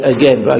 Again